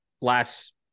last